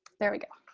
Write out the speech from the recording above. there we go.